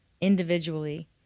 individually